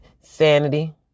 sanity